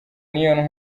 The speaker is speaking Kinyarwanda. niyo